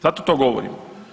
Zato to govorim.